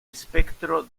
espectro